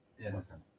Yes